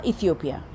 Ethiopia